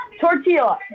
Tortilla